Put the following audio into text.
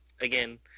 again